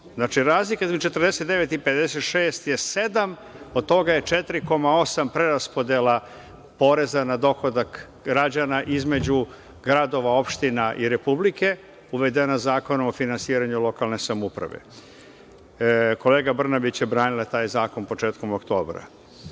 Znači, razlika između 49 i 56 je sedam, od toga je 4,8 preraspodela poreza na dohodak građana između gradova, opština i Republike, uvedena Zakonom o finansiranju lokalne samouprave. Kolega Brnabić je branila taj zakon početkom oktobra. Dobit